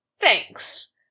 Thanks